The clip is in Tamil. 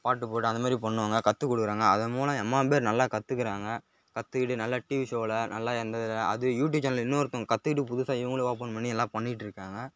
பாட்டு போட்டு அந்த மாரி பண்ணுவாங்க கற்றுக்குடுக்குறாங்க அது மூலம் எம்மா பேர் நல்லா கற்றுக்குறாங்க கத்துக்கிட்டு நல்லா டிவி ஷோவில் நல்லா எந்த இதில் அது யூடியூப் சேனலு இன்னு ஒருத்தருவங்க கத்துக்கிட்டு புதுசாக இவங்களும் ஓபன் பண்ணி எல்லாம் பண்ணிகிட்டுருக்காங்க